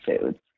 foods